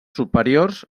superiors